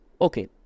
Okay